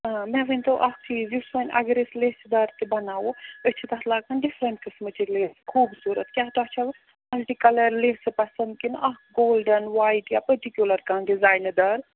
آ مےٚ ؤنۍتو اکھ چیٖز یُس وۄنۍ اگر أسۍ لیسہِ دار تہٕ بناوو أسۍ چھِ تتھ لاگان ڈِفرنٹ قٕسمٕچہِ لیسہٕ خوٗبصورت کیاہ تۄہہِ چھَوٕ مَلٹِکَلَر لیسہٕ پَسَنٛد کِنہٕ اکھ گولڈَن وایٹ یا پٹِکیولر کانٛہہ ڈِزاینہٕ دار